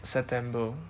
september